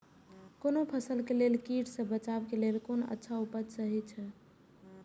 कोनो फसल के लेल कीट सँ बचाव के लेल कोन अच्छा उपाय सहि अछि?